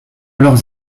leurs